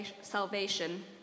salvation